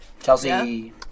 Chelsea